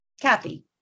Kathy